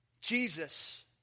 Jesus